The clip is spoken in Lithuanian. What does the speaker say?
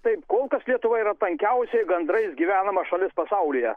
taip kol kas lietuva yra tankiausia gandrais gyvenama šalis pasaulyje